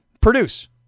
Produce